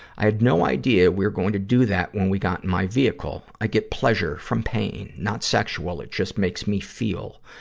i had no idea we were gonna do that when we got in my vehicle. i get pleasure from pain. not sexual it just makes me feel.